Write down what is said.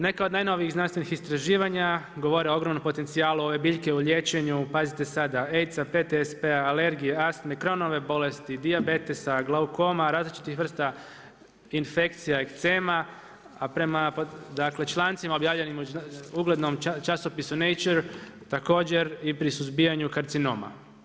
Neka od najnovijih znanstvenih istraživanja govore o ogromnom potencijalu ove biljke u liječenju pazite sada AIDS-a, PTSP-a, alergije, astme, Crohnove bolesti, dijabetesa, glaukoma, različitih vrsta infekcija, ekcema, a prema člancima objavljenih u uglednom časopisu Nature, također i pri suzbijanju karcinoma.